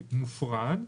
נפרד,